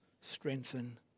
strengthen